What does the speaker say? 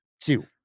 two